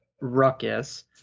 Ruckus